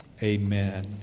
Amen